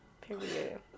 period